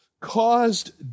caused